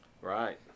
Right